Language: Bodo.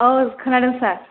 औ खोनादों सार